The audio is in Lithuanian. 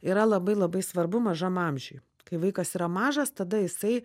yra labai labai svarbu mažam amžiuje kai vaikas yra mažas tada jisai